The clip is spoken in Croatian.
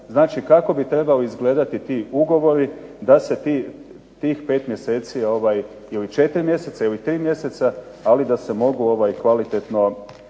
kako bi trebali izgledati ti ugovori da se tih 5 mjeseca ili 4 mjeseca ili 3 mjeseca ali da se mogu kvalitetno